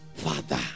father